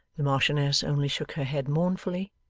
the marchioness only shook her head mournfully,